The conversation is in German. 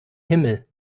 himmel